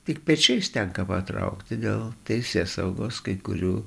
tik pečiais tenka patraukti dėl teisėsaugos kai kurių